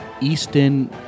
easton